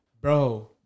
bro